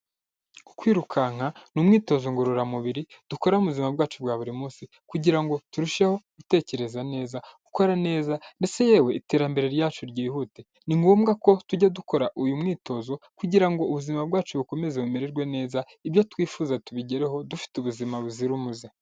Kwirukanka ni umwitozo ngororamubiri dukora mu buzima bwacu bwa buri munsi kugira ngo turusheho gutekereza neza gukora neza ndetse yewe iterambere ryacu ryihute ni ngombwa ko tujya dukora uyu mwitozo kugira ngo ubuzima bwacu bukomeze bumererwe neza ibyo twifuza tubigereho dufite ubuzima buzira umuze.